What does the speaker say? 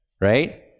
right